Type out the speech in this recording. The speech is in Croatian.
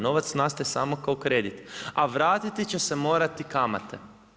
Novac nastaje samo kao kredit a vratiti će se morati kamate.